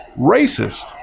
racist